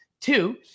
two